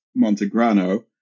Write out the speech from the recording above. montegrano